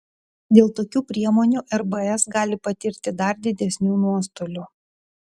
dėl tokių priemonių rbs gali patirti dar didesnių nuostolių